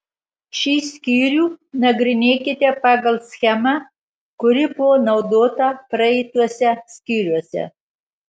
šį skyrių nagrinėkite pagal schemą kuri buvo naudota praeituose skyriuose